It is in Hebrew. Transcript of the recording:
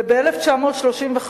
ב-1935,